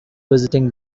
visiting